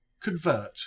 convert